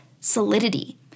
solidity